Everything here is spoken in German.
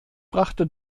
brachte